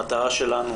המטרה שלנו